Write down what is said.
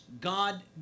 God